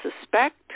suspect